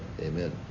Amen